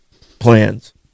plans